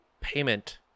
payment